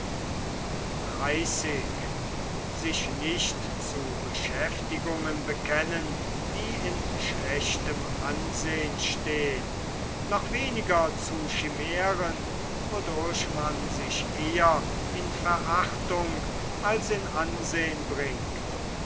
zu beschäftigungen bekennen die in schlechtem ansehen stehen noch weniger zu schimären wodurch man sich eher in verachtung als in ansehen bringt